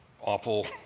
awful